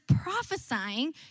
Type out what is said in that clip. prophesying